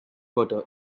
butter